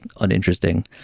uninteresting